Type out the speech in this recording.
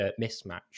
mismatch